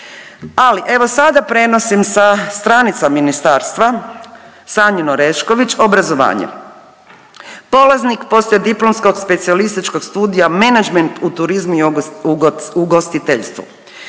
Ali evo sada prenosim sa stranica ministarstva Sanjin Orešković obrazovanje: polaznik poslijediplomskog specijalističkog studija menadžment u turizmu i ugostiteljstvu,